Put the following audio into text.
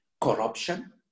corruption